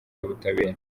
y’ubutabera